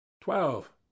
Twelve